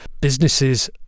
businesses